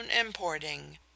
importing